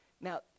now